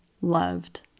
loved